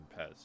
Pez